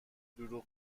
دروغ